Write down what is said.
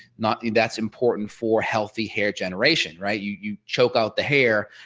not that's important for healthy hair generation. right you you choke out the hair.